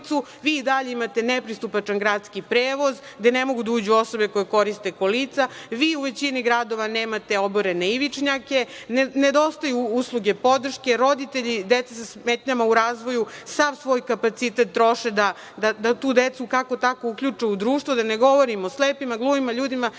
i dalje imate nepristupačan gradski prevoz, gde ne mogu da uđu osobe koje koriste kolica, vi u većini gradova nemate oborene ivičnjake, nedostaju usluge podrške, roditelji dece sa smetnjama u razvoju sav svoj kapacitet troše da tu decu kako-tako uključe u društvo, da ne govorim o slepima, gluvima, ljudima